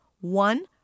One